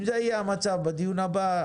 אם זה יהיה המצב בדיון הבא,